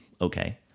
okay